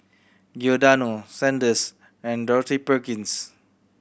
Giordano Sandisk and Dorothy Perkins